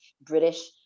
british